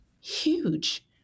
huge